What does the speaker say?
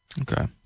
Okay